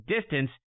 DISTANCE